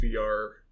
VR